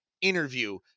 interview